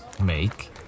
make